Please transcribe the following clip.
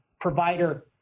provider